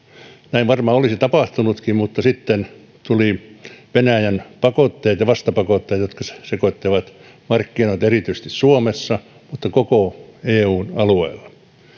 näin varmaan olisi tapahtunutkin mutta sitten tulivat venäjän pakotteet ja vastapakotteet jotka sekoittivat markkinoita erityisesti suomessa mutta myös koko eun alueella